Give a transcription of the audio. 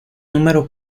número